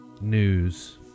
news